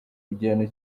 igihano